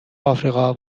آفریقا